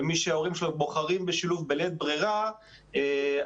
מי שההורים שלו בוחרים בשילוב בלית ברירה אחרי